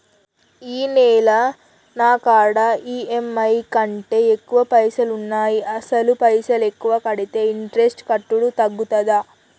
ఈ నెల నా కాడా ఈ.ఎమ్.ఐ కంటే ఎక్కువ పైసల్ ఉన్నాయి అసలు పైసల్ ఎక్కువ కడితే ఇంట్రెస్ట్ కట్టుడు తగ్గుతదా?